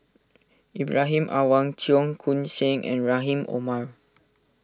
Ibrahim Awang Cheong Koon Seng and Rahim Omar